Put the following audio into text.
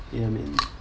ya mean